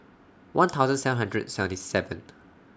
one thousand seven hundred seventy seventh